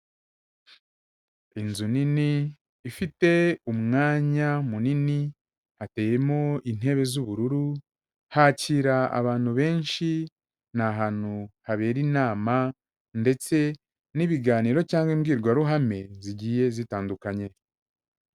Inzu nini ifite umwanya munini hateyemo intebe z'ubururu hakira abantu benshi, ni ahantu habera inama ndetse n'ibiganiro cyangwa imbwirwaruhame zigiye zitandukanye.